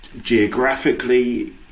geographically